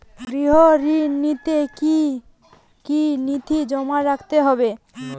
গৃহ ঋণ নিতে কি কি নথি জমা রাখতে হবে?